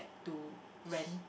to rent